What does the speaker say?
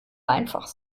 einfach